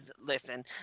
Listen